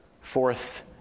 Fourth